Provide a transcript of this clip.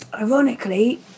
ironically